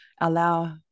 allow